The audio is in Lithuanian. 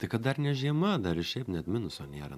tai kad dar ne žiema dar ir šiaip net minuso nėra